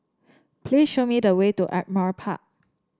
please show me the way to Ardmore Park